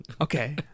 okay